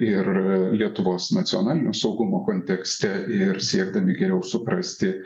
ir lietuvos nacionalinio saugumo kontekste ir siekdami geriau suprasti